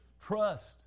trust